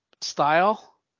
style